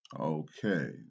Okay